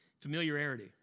Familiarity